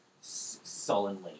sullenly